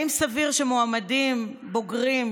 האם סביר שמועמדים בוגרים,